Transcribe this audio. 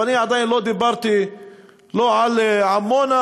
ואני עדיין לא דיברתי לא על עמונה,